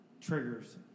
triggers –